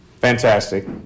Fantastic